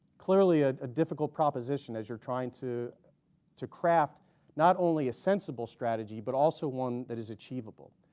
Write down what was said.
clearly ah a difficult proposition as you're trying to to craft not only a sensible strategy but also one that is achievable.